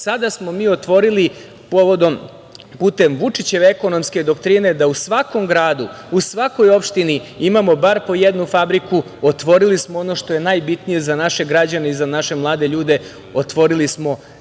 Sada smo mi otvorili, putem Vučićeve ekonomske doktrine, da u svakom gradu, u svakoj opštini imamo bar po jednu fabriku. Otvorili smo ono što je najbitnije za naše građane i za naše mlade ljude, otvorili smo